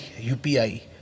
upi